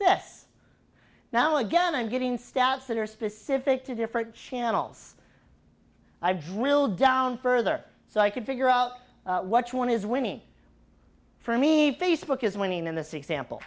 this now again i'm getting stats that are specific to different channels i drill down further so i could figure out what one is winning for me facebook is winning in the sea sample